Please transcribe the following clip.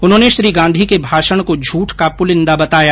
उन्होंने श्री गांधी के भाषण को झूठ का पुलिंदा बताया